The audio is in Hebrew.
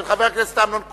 של חבר הכנסת אמנון כהן.